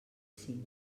cinc